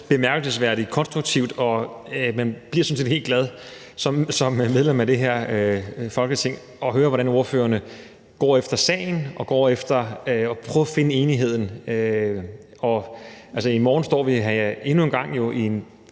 bemærkelsesværdig konstruktivt. Man bliver sådan helt glad som medlem af det her Folketing af at høre, hvordan ordførerne går efter sagen og går efter at prøve at finde enigheden. I morgen står vi her jo endnu en gang i en